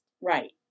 right